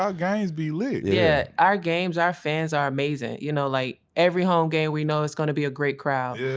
games be lit. yeah, our games, our fans are amazing. you know, like every home game we know it's gonna be a great crowd. yeah